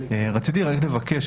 רציתי רק לבקש,